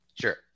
Sure